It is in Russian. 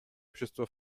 общества